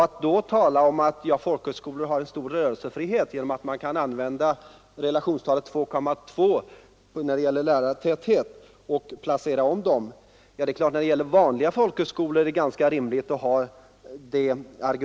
Argumentet att folkhögskolor har stor rörelsefrihet genom att man kan använda relationstalet 2,2 när det gäller lärartäthet och göra omplaceringar är ganska rimligt i fråga om vanliga folkhögskolor.